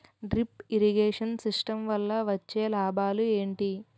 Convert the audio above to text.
Drip irrigation system వల్ల వచ్చే లాభాలు ఏంటి?